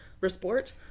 resport